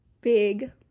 big